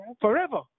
forever